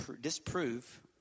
disprove